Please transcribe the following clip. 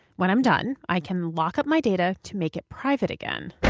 when i'm done, i can lock up my data to make it private again.